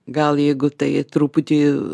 gal jeigu tai truputį